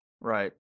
right